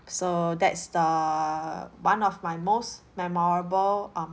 so that's the one of my most memorable um